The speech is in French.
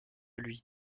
lui